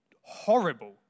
horrible